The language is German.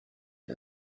wie